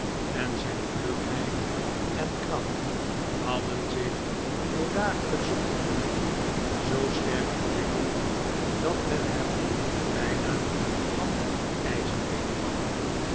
en zijn vlugheid en kracht hadden zich door dagelijksche oefeningen zoo sterk ontwikkeld dat men hem den bijnaam van ijzerbeen gaf